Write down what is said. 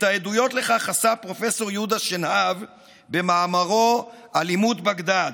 את העדויות לכך חשף פרופ' יהודה שנהב במאמרו "אלימות בגדאד".